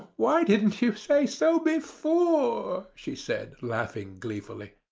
why didn't you say so before? she said, laughing gleefully.